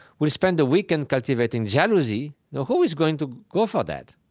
we'll spend a weekend cultivating jealousy, now who is going to go for that?